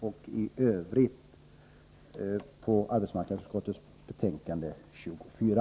I övrigt yrkar jag bifall till hemställan i arbetsmarknadsutskottets betänkande 24.